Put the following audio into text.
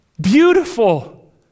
beautiful